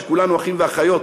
שכולנו אחים ואחיות.